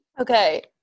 okay